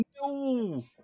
No